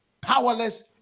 powerless